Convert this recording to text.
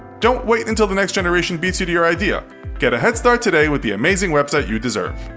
don't wait until the next generation beats you to your idea get a head start today with the amazing website you deserve!